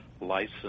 license